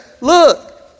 look